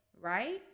right